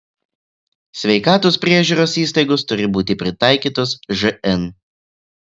sveikatos priežiūros įstaigos turi būti pritaikytos žn